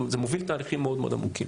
זה מוביל תהליכים מאוד מאוד עמוקים.